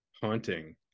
haunting